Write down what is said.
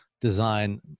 design